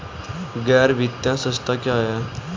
गैर वित्तीय संस्था क्या है?